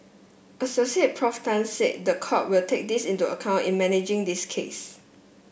Assoc Prof Tan said the court will take this into account in managing this case